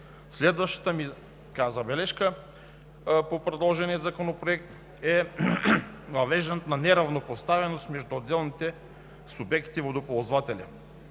Следващата ми забележка по предложения законопроект е въвеждането на неравнопоставеност между отделните субекти, водоползватели